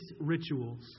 rituals